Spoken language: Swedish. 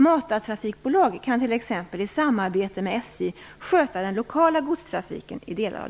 Matartrafikbolag kan t.ex. i samarbete med SJ sköta den lokala godstrafiken i delar av